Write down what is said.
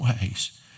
ways